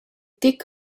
tec